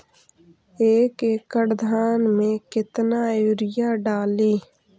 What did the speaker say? एक एकड़ धान मे कतना यूरिया डाली?